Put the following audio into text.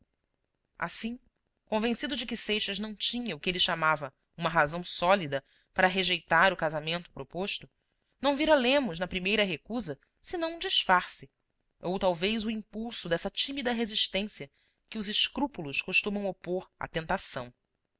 assim convencido de que seixas não tinha o que ele chamava uma razão sólida para rejeitar o casamento proposto não vira lemos na primeira recusa senão um disfarce ou talvez o impulso dessa tímida resistência que os escrúpulos costumam opor à tentação